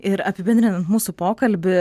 ir apibendrinant mūsų pokalbį